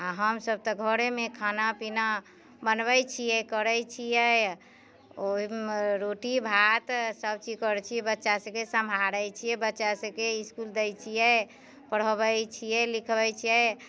आओर हमसभ तऽ घरेमे खाना पीना बनबै छियै करै छियै ओइमे रोटी भात सभचीज करै छियै बच्चा सभके सम्हारै छियै बच्चा सभके इसकुल दै छियै पढ़ोबै छियै लिखबै छियै